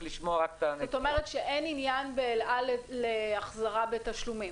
זאת אומרת שאין עניין באל-על להחזרה בתשלומים.